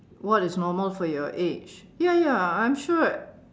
what is normal for your age ya ya I'm sure